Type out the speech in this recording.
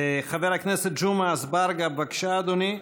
חבר הכנסת ג'מעה אזברגה, בבקשה, אדוני.